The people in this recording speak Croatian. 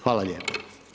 Hvala lijepo.